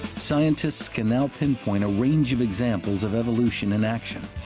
scientists can now pinpoint a range of examples of evolution in action.